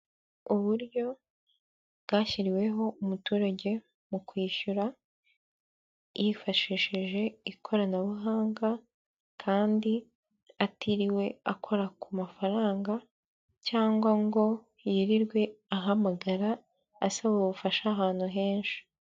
Uburyo bwashyiriweho umuturage mu kwishyura yifashishije ikoranabuhanga kandi atiriwe akora ku mafaranga cyangwa ngo yirirwe ahamagara asaba ubufasha ahantu henshi.